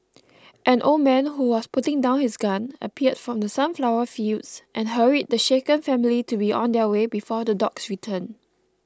an old man who was putting down his gun appeared from the sunflower fields and hurried the shaken family to be on their way before the dogs return